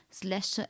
slash